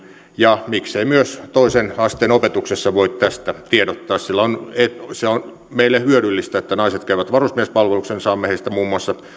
ja miksei myös toisen asteen opetuksessa voi tästä tiedottaa se on meille hyödyllistä että naiset käyvät varusmiespalveluksen saamme heistä muun muassa